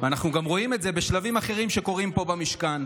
ואנחנו גם רואים את זה בשלבים אחרים שקורים פה במשכן.